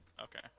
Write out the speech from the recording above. Okay